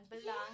belong